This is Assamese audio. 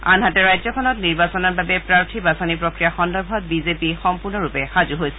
আনহাতে ৰাজ্যখনত নিৰ্বাচনৰ বাবে প্ৰাৰ্থী বাছনি প্ৰক্ৰিয়া সন্দৰ্ভত বিজেপি সম্পূৰ্ণৰূপে সাজু হৈছে